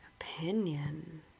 opinion